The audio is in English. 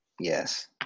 Yes